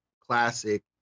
classic